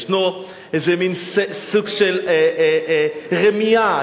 יש סוג של רמייה,